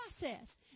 process